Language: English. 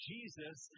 Jesus